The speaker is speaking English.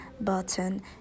button